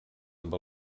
amb